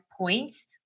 points